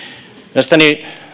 mielestäni